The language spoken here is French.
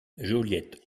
joliette